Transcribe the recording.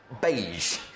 beige